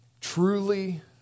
truly